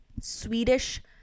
swedish